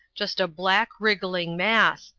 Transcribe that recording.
just a black, wriggling mass,